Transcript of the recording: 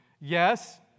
Yes